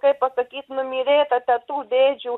kaip pasakyt numylėta tetų dėdžių